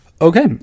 Okay